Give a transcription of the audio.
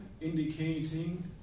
indicating